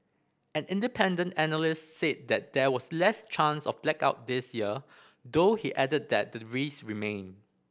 an independent analyst said that there was less chance of blackout this year though he added that the risk remained